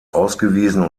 ausgewiesen